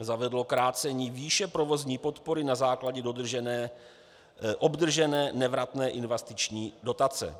Zavedlo krácení výše provozní podpory na základě obdržené nevratné investiční dotace.